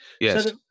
Yes